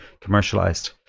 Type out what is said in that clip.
commercialized